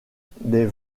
des